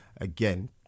again